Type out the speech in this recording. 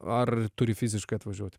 ar turi fiziškai atvažiuot